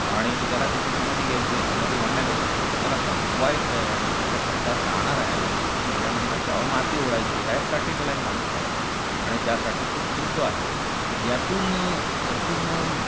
आणि की त्याला तिथे समाधी घ्यायची आहे समाधी म्हणण्यापेक्षा त्याला स्वतःला संपवायचं आहे आणि तो त्या खड्ड्यात राहणार आहे नंतर तो मेल्यानंतर तेव्हा माती ओढायची याचसाठी त्याला एक माणूस हवा आहे आणि त्यासाठी तो फिरतो आहे यातून यातून